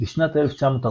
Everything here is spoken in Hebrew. בשנת 1949